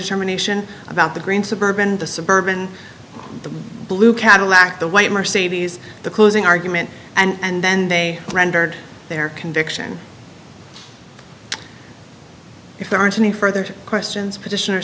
germination about the green suburban the suburban blue cadillac the white mercedes the closing argument and then they rendered their conviction if there aren't any further questions petition